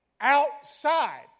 outside